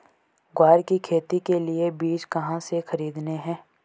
ग्वार की खेती के लिए बीज कहाँ से खरीदने हैं?